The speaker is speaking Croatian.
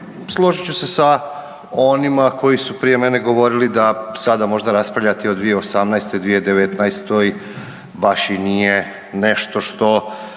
Složit ću se sa onima koji su prije mene govorili da sada možda raspravljati o 2018., 2019. baš i nije nešto što